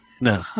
No